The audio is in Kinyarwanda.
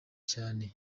cyane